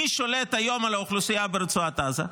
מי שולט היום על האוכלוסייה ברצועת עזה?